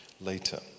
later